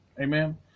Amen